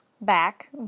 back